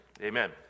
amen